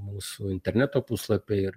mūsų interneto puslapy ir